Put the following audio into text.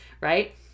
right